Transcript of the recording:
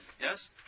Yes